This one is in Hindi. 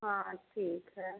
हाँ ठीक है